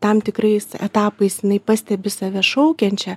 tam tikrais etapais jinai pastebi save šaukiančią